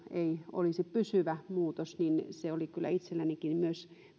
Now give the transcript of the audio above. olisi pysyvä muutos oli kyllä itsellänikin